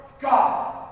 God